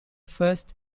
first